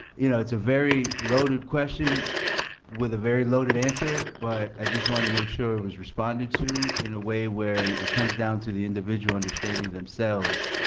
you know, it's a very loaded question with a very loaded answer, but i just want to make sure it was responded to in a way where it comes down to the individual understanding themselves,